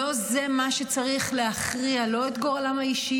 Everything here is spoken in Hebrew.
לא זה מה שצריך להכריע לא את גורלם האישי